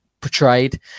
portrayed